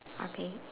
ah K